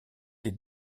des